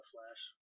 Flash